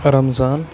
Ramzan